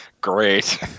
Great